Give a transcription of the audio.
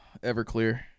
Everclear